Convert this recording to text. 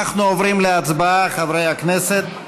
אנחנו עוברים להצבעה, חברי הכנסת.